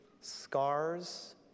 scars